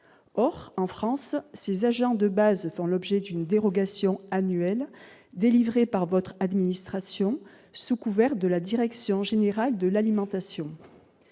Or, en France, ces agents de base font l'objet d'une dérogation annuelle délivrée par votre administration, sous couvert de la direction générale de l'alimentation.